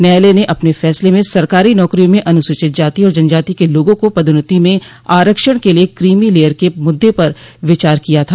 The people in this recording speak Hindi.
न्यायालय ने अपने फैसले में सरकारी नौकरियों में अनुस्चित जाति और जनजाति के लोगों को पदोन्नति में आरक्षण के लिए क्रीमी लेयर के मुद्दे पर विचार किया था